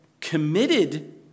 committed